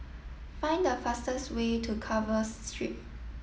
find the fastest way to Carver Street